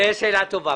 שאלה טובה.